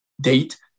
date